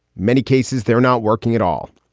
many cases they're not working at all.